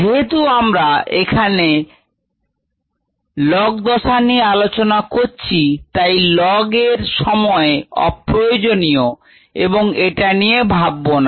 যেহেতু আমরা এখানে log দসা নিয়েই আলোচনা করছি তাই lag সময় অপ্রয়োজনীয় এবং এটা নিয়ে ভাববো না